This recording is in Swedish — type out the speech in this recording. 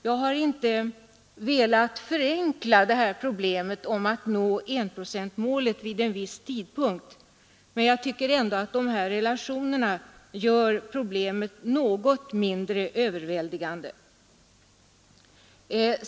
Jag har inte velat förenkla det här problemet om att nå enprocentsmålet vid en viss tidpunkt, men jag tycker ändå att dessa relationer gör problemet något mindre överväldigande.